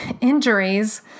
injuries